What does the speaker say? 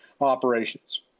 operations